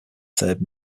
third